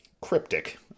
cryptic